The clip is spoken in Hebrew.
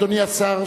אדוני השר,